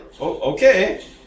Okay